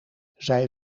zij